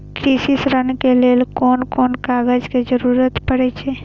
कृषि ऋण के लेल कोन कोन कागज के जरुरत परे छै?